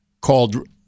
called